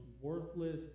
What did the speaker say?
worthless